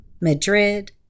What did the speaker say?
Madrid